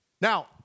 Now